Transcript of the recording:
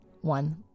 one